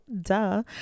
duh